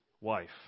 wife